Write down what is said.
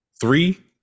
three